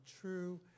true